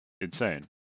insane